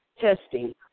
testing